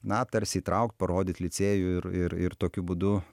na tarsi įtraukt parodyt licėjų ir ir tokiu būdu